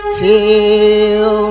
till